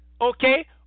okay